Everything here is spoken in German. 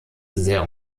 sehr